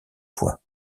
fois